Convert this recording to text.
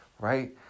right